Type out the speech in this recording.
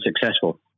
successful